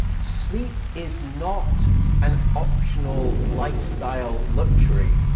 sleep is not an optional lifestyle luxury.